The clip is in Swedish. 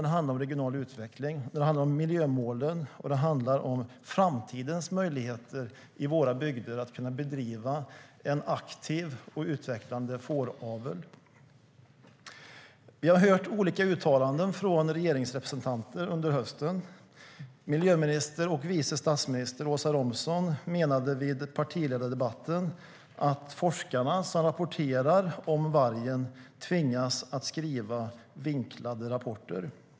Det handlar om regional utveckling, och det handlar om miljömålen och möjligheterna att i framtiden i våra bygder kunna bedriva en aktiv och utvecklande fåravel. Vi har hört olika uttalanden från regeringsrepresentanter under hösten. Miljöministern och vice statsministern Åsa Romson menade i partiledardebatten att forskarna som rapporterar om vargen tvingas skrivas vinklade rapporter.